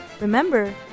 Remember